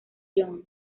young